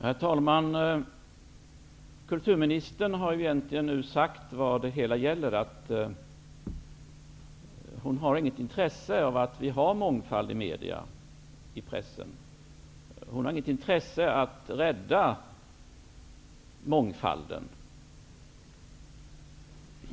Herr talman! Kulturminister Birgit Friggebo har egentligen nu sagt vad det hela gäller. Hon har inget intresse av mångfald i pressen. Hon har inget intresse att rädda mångfalden.